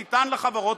שניתן לחברות,